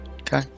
okay